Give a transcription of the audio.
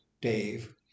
Dave